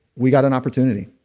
we got an opportunity.